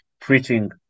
preaching